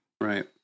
Right